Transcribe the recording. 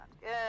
good